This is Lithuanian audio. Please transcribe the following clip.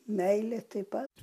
meilę taip pat